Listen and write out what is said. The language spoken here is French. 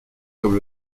comme